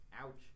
Ouch